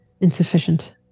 insufficient